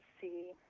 see